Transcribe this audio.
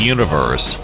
Universe